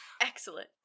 Excellent